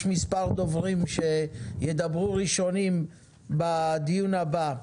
יהיו מספר דוברים שידברו ראשונים בדיון הבא: